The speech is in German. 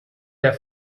der